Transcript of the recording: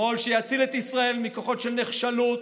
שמאל שיציל את ישראל מכוחות של נחשלות,